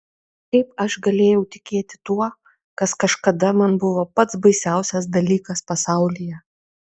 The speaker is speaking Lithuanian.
kaip aš galėjau tikėti tuo kas kažkada man buvo pats baisiausias dalykas pasaulyje